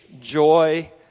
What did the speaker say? joy